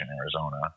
Arizona